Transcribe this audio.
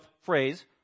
phrase